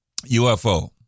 UFO